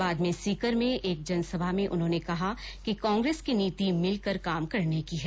बाद में सीकर में एक जनसभा में उन्होंने कहा कि कांग्रेस की नीति मिलकर काम करने की है